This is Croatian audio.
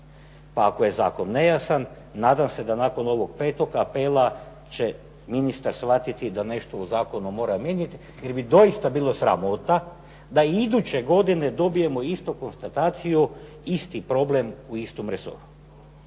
Pa ako je zakon nejasan, nadam se da nakon ovog petog apela će ministar shvatiti da nešto u zakonu mora mijenjati, jer bi doista bilo sramota da i iduće godine dobijemo istu konstataciju, isti problem u istom resoru.